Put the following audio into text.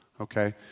okay